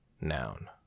Noun